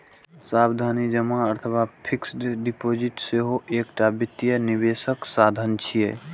सावधि जमा अथवा फिक्स्ड डिपोजिट सेहो एकटा वित्तीय निवेशक साधन छियै